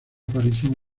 aparición